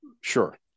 Sure